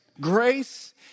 Grace